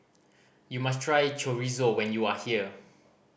you must try Chorizo when you are here